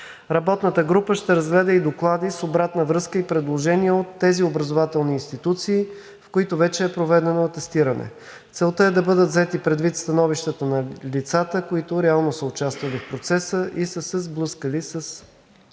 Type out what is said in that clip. Работната група ще разгледа и доклади с обратна връзка и предложения от тези образователни институции, в които вече е проведено атестиране. Целта е да бъдат взети предвид становищата на лицата, които реално са участвали в процеса и са се сблъскали с